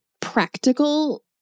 practical